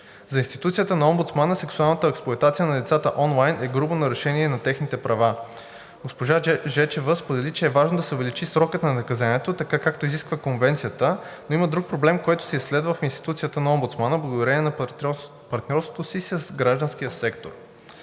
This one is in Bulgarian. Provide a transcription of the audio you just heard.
За институцията на омбудсмана сексуалната експлоатация на децата онлайн е грубо нарушение на техните права. Госпожа Жечева сподели, че е важно да се увеличи срокът на наказанието, така както изисква Конвенцията, но има друг проблем, който се изследва в институцията на Омбудсмана, благодарение на партньорството си с гражданския сектор.